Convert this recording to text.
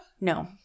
No